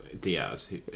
Diaz